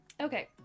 okay